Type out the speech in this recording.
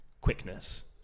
quickness